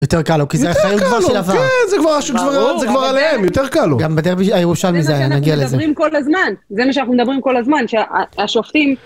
יותר קל לו, כי זה החיים כבר של עבר. כן זה כבר... זה כבר עליהם, יותר קל לו. גם בדרבי הירושלמי זה היה. נגיע לזה. זה מה שאנחנו מדברים כל הזמן. זה מה שאנחנו מדברים כל הזמן, שהשופטים...